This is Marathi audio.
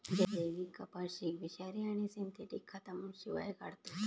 जैविक कपाशीक विषारी आणि सिंथेटिक खतांशिवाय काढतत